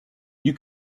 you